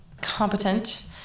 competent